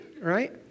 Right